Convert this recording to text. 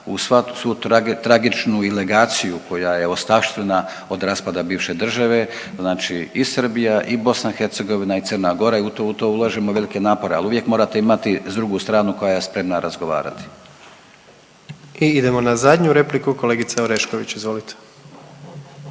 se ne razumije./... koja je ostavština od raspada bivše države, znači i Srbija i BiH i Crna Gora u to ulažemo velike napore, ali uvijek morate imati s drugu stranu koja je spremna razgovarati. **Jandroković, Gordan (HDZ)** I idemo na zadnju repliku, kolegica Orešković, izvolite.